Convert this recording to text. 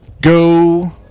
Go